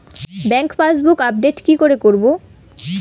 Bank passbook update কি করে করবো?